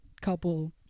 couple